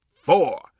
four